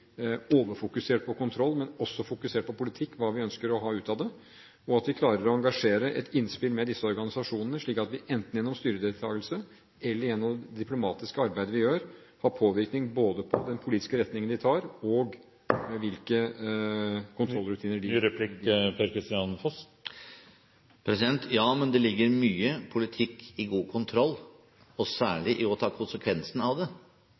overfokusert på kontroll, men også blir fokusert på politikk og hva vi ønsker å få ut av det, og at vi klarer å engasjere et innspill med disse organisasjonene, slik at vi enten gjennom styredeltakelse eller gjennom det diplomatiske arbeidet vi gjør, har påvirkning på både den politiske retningen de tar, og hvilke kontrollrutiner de velger. Ja, men det ligger mye politikk i god kontroll og særlig i å ta konsekvensen av det.